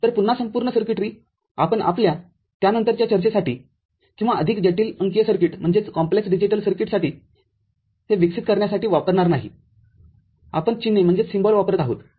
तर पुन्हा संपूर्ण सर्किटरी आपण आपल्या त्यानंतरच्या चर्चेसाठी किंवा अधिक जटिल अंकीय सर्किट विकसित करण्यासाठी वापरणार नाही आपण चिन्हे वापरत आहोत